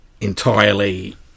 entirely